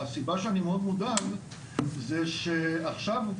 הסיבה שאני מאוד מודאג זה שעכשיו,